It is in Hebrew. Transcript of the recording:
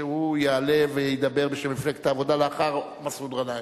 שיעלה וידבר בשם מפלגת העבודה לאחר מסעוד גנאים.